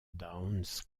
downs